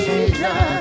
Jesus